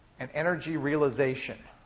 and energy realization